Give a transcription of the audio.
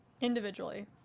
Individually